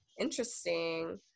Interesting